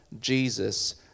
Jesus